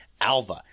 Alva